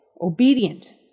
obedient